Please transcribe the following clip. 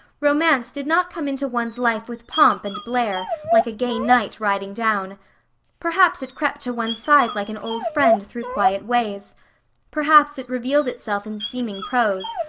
romance did not come into one's life with pomp and blare, like a gay knight riding down perhaps it crept to one's side like an old friend through quiet ways perhaps it revealed itself in seeming prose,